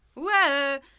whoa